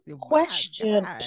Question